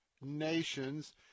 nations